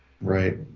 Right